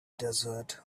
desert